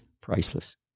priceless